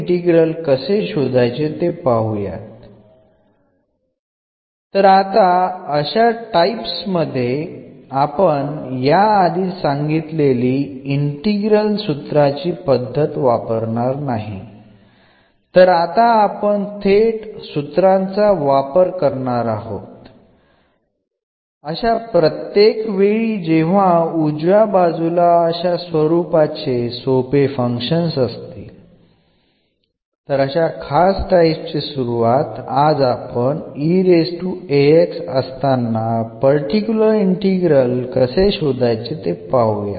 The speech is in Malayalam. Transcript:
അത്തരം സന്ദർഭങ്ങളിൽ നമ്മൾ നേരത്തെ ചെയ്തതുപോലെ ഇന്റഗ്രൽ ഫോർമുലയുടെ സഹായത്തോടെ ഇത് വിലയിരുത്തുന്നതിന് പകരം ഈ ഫോർമുലകൾ ഓർമ്മിക്കുകയും നേരിട്ട് അവ ഉപയോഗിക്കുകയും ചെയ്യും